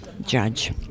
judge